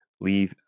leave